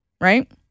right